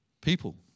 people